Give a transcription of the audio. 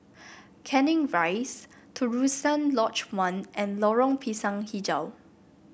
Canning Rise Terusan Lodge One and Lorong Pisang hijau